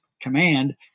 command